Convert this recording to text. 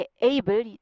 able